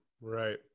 Right